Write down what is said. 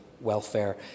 Welfare